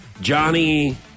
Johnny